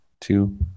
two